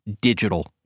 digital